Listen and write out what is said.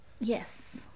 Yes